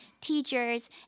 teachers